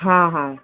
ହଁ ହଁ